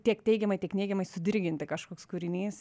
tiek teigiamai tiek neigiamai sudirginti kažkoks kūrinys